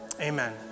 Amen